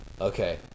Okay